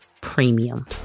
premium